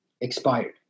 expired